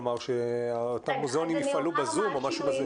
כלומר שאותם מוזיאונים יפעלו בזום או משהו כזה.